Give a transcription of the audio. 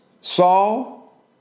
Saul